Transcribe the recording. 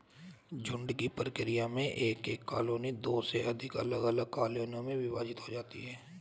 झुंड की प्रक्रिया में एक एकल कॉलोनी दो से अधिक अलग अलग कॉलोनियों में विभाजित हो जाती है